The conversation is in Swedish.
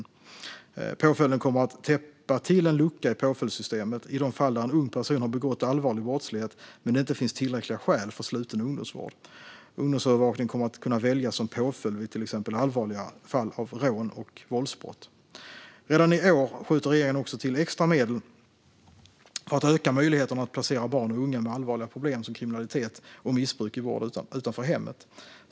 Påföljden kommer att täppa till en lucka i påföljdssystemet i de fall där en ung person har begått allvarlig brottslighet men det inte finns tillräckliga skäl för sluten ungdomsvård. Ungdomsövervakning kommer att kunna väljas som påföljd vid till exempel allvarligare fall av rån och våldsbrott. Redan i år skjuter regeringen också till extra medel för att öka möjligheterna att placera barn och unga med allvarliga problem, som kriminalitet och missbruk, i vård utanför hemmet.